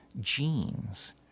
genes